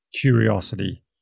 curiosity